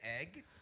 egg